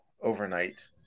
overnight